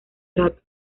rato